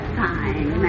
fine